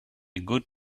good